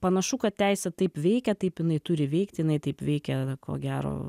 panašu kad teisė taip veikia taip jinai turi veikti jinai taip veikia ko gero